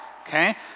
okay